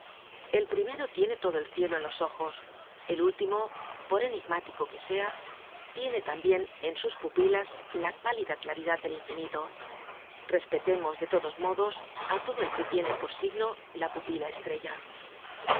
el primero tiene todo el cielo en los ojos el último por enigmático que sea tiene tambien en sus pupilas la pálida claridad del infinito respetemos de todos modos á todo el que tiene por signo la pupila estrella